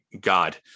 God